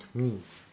me